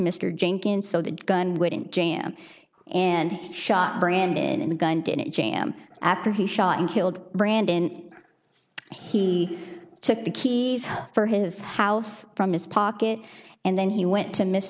mr jenkins so that gun wouldn't jam and shot brandon in the gun to jam after he shot and killed brandon he took the keys for his house from his pocket and then he went to miss